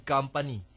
Company